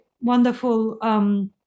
wonderful